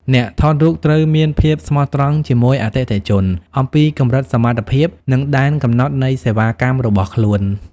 អ្នកថតរូបត្រូវមានភាពស្មោះត្រង់ជាមួយអតិថិជន អំពីកម្រិតសមត្ថភាព និងដែនកំណត់នៃសេវាកម្មរបស់ខ្លួន។